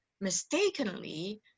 mistakenly